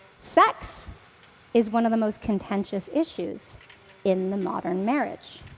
sex is one of the most contentious issues in the modern marriage.